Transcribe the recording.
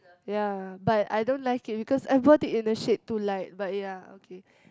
ya but I don't like it because I bought it in a shade too light but ya okay